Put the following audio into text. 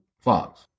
Fox